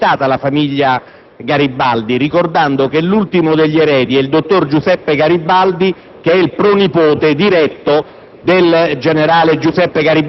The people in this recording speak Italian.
prevista per domani, sia stata invitata la famiglia Garibaldi, ricordando che l'ultimo degli eredi è il dottor Giuseppe Garibaldi, pronipote diretto